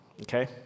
okay